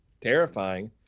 terrifying